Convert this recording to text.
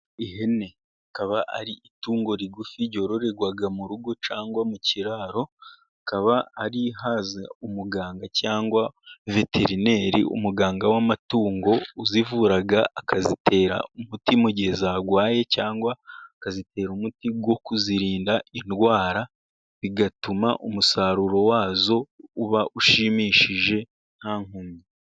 Ihene, ikaba ari itungo rigufi ryororerwa mu rugo cyangwa mu kiraro. Ikaba ari haza umuganga cyangwa veterineri umuganga w'amatungo, uzivura akazitera umuti mu gihe zarwaye, cyangwa akazitera umuti wo kuzirinda indwara. Bigatuma umusaruro wazo uba ushimishije nta nkomyi.